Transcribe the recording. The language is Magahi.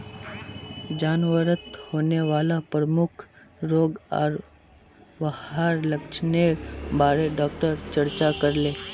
जानवरत होने वाला प्रमुख रोग आर वहार लक्षनेर बारे डॉक्टर चर्चा करले